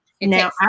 Now